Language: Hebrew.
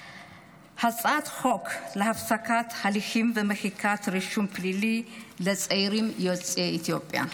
הצעת חוק מחיקת רישומים פליליים ומשטרתיים של יוצאי אתיופיה,